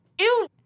Ew